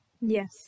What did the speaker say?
Yes